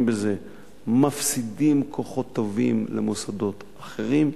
את זה מפסידים כוחות טובים למוסדות אחרים.